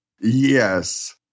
Yes